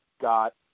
got